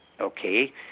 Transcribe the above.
okay